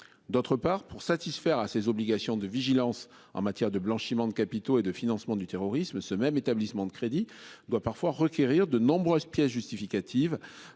D'autre part pour satisfaire à ses obligations de vigilance en matière de blanchiment de capitaux et de financement du terrorisme. Ce même établissement de crédit doit parfois requérir de nombreuses pièces justificatives.